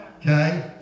okay